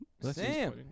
Sam